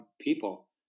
people